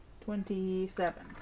Twenty-seven